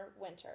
winter